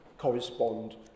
correspond